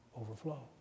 Overflow